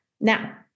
Now